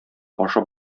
ашап